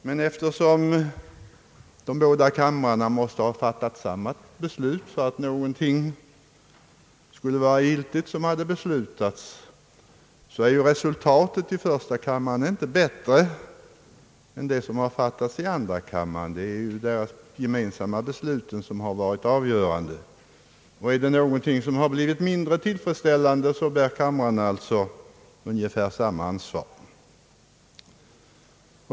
Men eftersom de båda kamrarna måste ha fattat samma beslut för att någonting skall vara giltigt som har beslutats så är ju resultatet i första kammaren inte bättre än i andra kammaren. Det är ju de gemensamma besluten som har varit avgörande, och har något blivit mindre tillfredsställande så bär kamrarna ungefär samma ansvar.